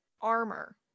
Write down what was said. armor